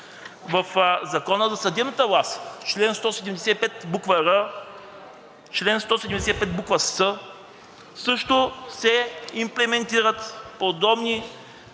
В Закона за съдебната власт – чл. 175, буква „р“, чл. 175, буква „с“, също се имплементират подобни